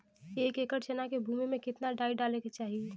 एक एकड़ चना के भूमि में कितना डाई डाले के चाही?